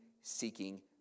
seeking